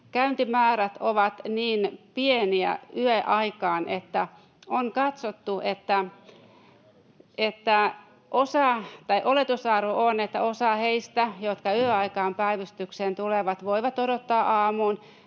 ja Varkaus — ovat niin pieniä yöaikaan, että on katsottu, että oletusarvo on, että osa heistä, jotka yöaikaan päivystykseen tulevat, voi odottaa aamuun